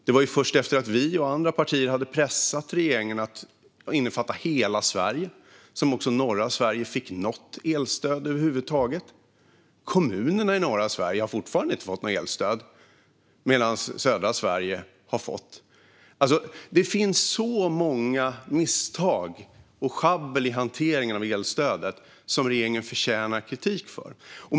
Det var först efter att vi och andra partier hade pressat regeringen att innefatta hela Sverige som också norra Sverige fick något elstöd över huvud taget. Kommunerna i norra Sverige har fortfarande inte fått något elstöd, medan södra Sverige har fått det. Det finns så många misstag och så mycket sjabbel i hanteringen av elstödet som regeringen förtjänar kritik för.